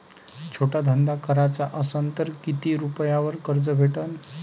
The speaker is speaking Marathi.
छोटा धंदा कराचा असन तर किती रुप्यावर कर्ज भेटन?